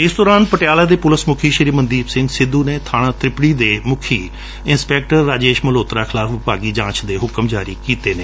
ਇਸ ਦੌਰਾਨ ਪਟਿਆਲਾ ਦੇ ਪੁਲਿਸ ਮੁਖੀ ਮਨਦੀਪੱ ਸਿੰਘ ਸਿੱਧੁ ਨੇ ਬਾਣਾ ਤ੍ਰਿਪੜੀ ਦੇ ਮੁਖੀ ਰਾਜੇਸ਼ ਮਲਹੋਤਰਾ ਖਿਲਾਫ਼ ਵਿਭਾਗੀ ਜਾਂਚ ਦੇ ਹੁਕਮ ਜਾਰੀ ਕੀਤੇ ਨੇ